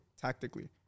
tactically